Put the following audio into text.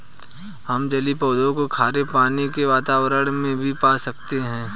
हम जलीय पौधों को खारे पानी के वातावरण में भी पा सकते हैं